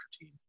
team